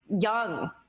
young